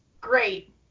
great